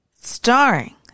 Starring